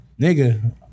Nigga